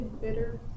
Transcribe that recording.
Bitter